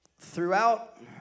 Throughout